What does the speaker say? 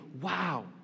Wow